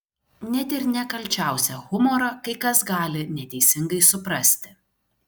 net ir nekalčiausią humorą kai kas gali neteisingai suprasti